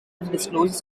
undisclosed